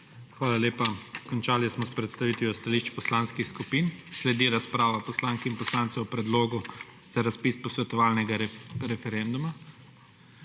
Hvala lepa. Končali smo s predstavitvijo stališč poslanskih skupin. Sledi razprava poslank in poslancev o Predlogu za razpis posvetovalnega referenduma.